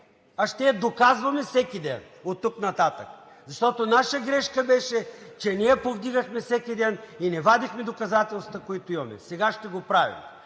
а ще я доказваме всеки ден оттук нататък, защото наша грешка беше, че не я повдигахме всеки ден и не вадихме доказателствата, които имаме. Сега ще го правим.